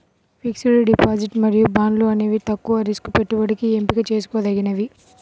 fixed deposit మరియు బాండ్లు అనేవి తక్కువ రిస్క్ పెట్టుబడికి ఎంపిక చేసుకోదగినవి